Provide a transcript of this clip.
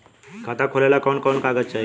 खाता खोलेला कवन कवन कागज चाहीं?